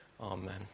Amen